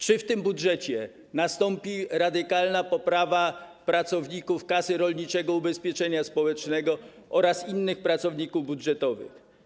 Czy w tym budżecie nastąpi radykalna poprawa sytuacji pracowników Kasy Rolniczego Ubezpieczenia Społecznego oraz innych pracowników budżetowych?